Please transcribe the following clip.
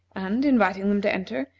and, inviting them to enter,